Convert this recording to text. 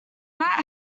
vat